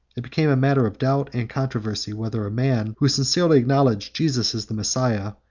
it became a matter of doubt and controversy, whether a man who sincerely acknowledged jesus as the messiah,